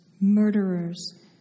murderers